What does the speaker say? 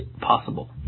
possible